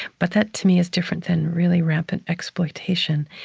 but that, to me, is different than really rampant exploitation.